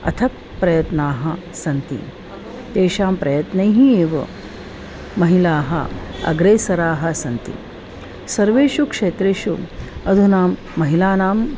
अथक् प्रयत्नाः सन्ति तेषां प्रयत्नैः एव महिलाः अग्रेसराः सन्ति सर्वेषु क्षेत्रेषु अधुना महिलानाम्